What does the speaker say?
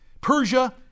Persia